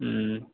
ہوں